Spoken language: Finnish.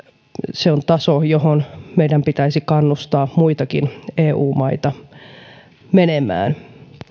se on taso johon meidän pitäisi kannustaa muitakin eu maita menemään